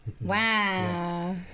Wow